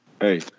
Hey